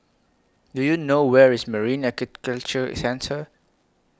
Do YOU know Where IS Marine Aquaculture Centre